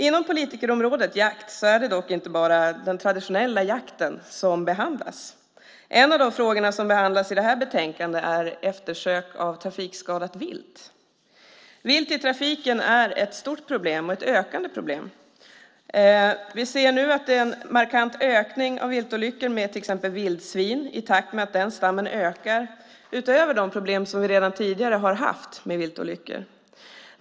Inom politikområdet jakt är det dock inte bara den traditionella jakten som behandlas. En av de frågor som behandlas i det här betänkandet är eftersök av trafikskadat vilt. Vilt i trafiken är ett stort och ökande problem. Vi ser nu att det är en markant ökning av viltolyckor med till exempel vildsvin, i takt med att den stammen ökar, utöver de problem som vi redan tidigare har haft med viltolyckor.